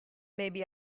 maybe